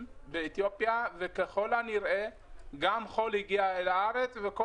באתיופיה וככל הנראה גם חול הגיע אל הארץ וכל